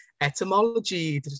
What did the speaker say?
etymology